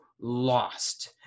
lost